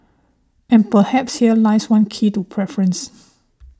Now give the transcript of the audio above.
and perhaps here lies one key to preference